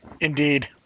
Indeed